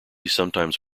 sometimes